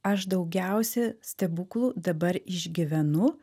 aš daugiausia stebuklų dabar išgyvenu